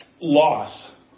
loss